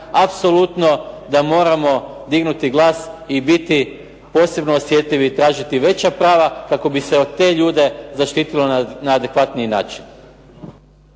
apsolutno da moramo dignuti glas i biti posebno osjetljivi i tražiti veća prava kako bi se te ljude zaštitilo na adekvatniji način.